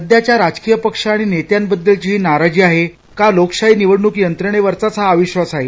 सध्याच्या राजकीय पक्ष आणि नेत्यांची ही नाराजी आहे का लोकशाही निवडणूक यंत्रणेवरचाच हा अविक्षास आहे